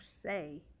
say